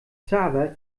xaver